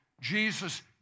Jesus